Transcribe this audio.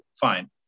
fine